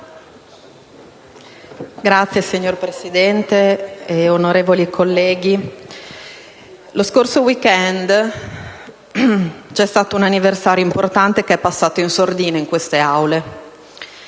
Signor Presidente, onorevoli colleghi, lo scorso *weekend* vi è stato un anniversario importante che è passato in sordina in queste Aule.